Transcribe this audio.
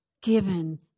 given